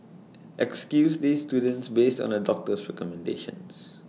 excuse these students based on A doctor's recommendations